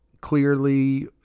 clearly